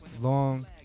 long